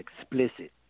explicit